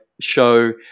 show